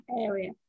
area